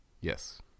Yes